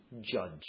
judge